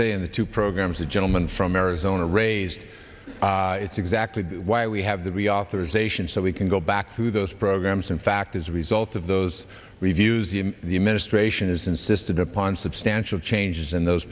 say in the two programs the gentleman from arizona raised it's exactly why we have the reauthorization so we can go back to those programs in fact as a result of those reviews the administration has insisted upon substantial changes in those